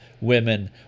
women